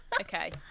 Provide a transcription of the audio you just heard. Okay